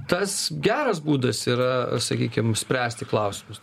tas geras būdas yra sakykim spręsti klausimus